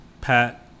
Pat